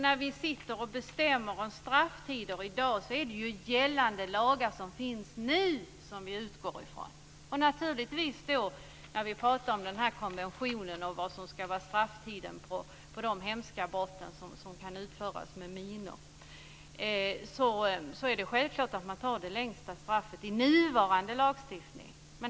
När vi sitter och bestämmer om strafftider i dag är det ju gällande lagar som finns nu som vi utgår ifrån. När vi pratar om den här konventionen och vad som ska vara strafftiden för de hemska brott som kan utföras med minor är det naturligtvis självklart att man tar det längsta straffet i nuvarande lagstiftning.